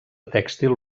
tèxtil